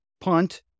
punt